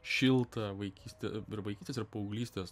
šiltą vaikystę ir vaikystės paauglystės